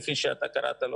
כפי שקראת לו